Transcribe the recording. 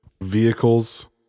vehicles